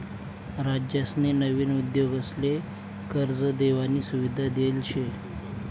राज्यसनी नवीन उद्योगसले कर्ज देवानी सुविधा देल शे